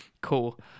Cool